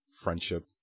friendship